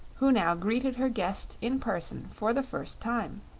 who now greeted her guests in person for the first time.